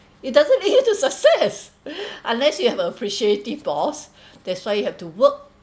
it doesn't lead you to success unless you have a appreciative boss that's why you have to work